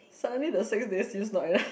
suddenly the six days seems not enough